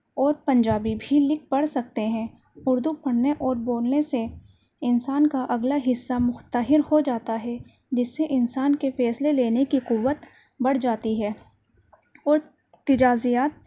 اور پنجابی بھی لکھ پڑھ سکتے ہیں اردو پڑھنے اور بولنے سے انسان کا اگلا حصہ محتحر ہو جاتا ہے جس سے انسان کے فیصلے لینے کی قوت بڑھ جاتی ہے اور تجازیات